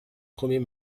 premier